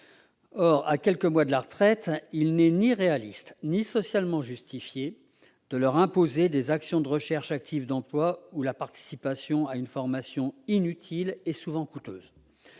À quelques mois de leur retraite, il n'est ni réaliste ni socialement justifié de leur imposer des actions de recherche active d'emploi ou la participation à une formation inutile et souvent coûteuse.